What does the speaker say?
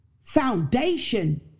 foundation